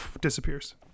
Disappears